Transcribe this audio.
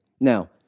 Now